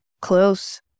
close